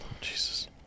jesus